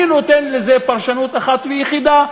אני נותן לזה פרשנות אחת ויחידה,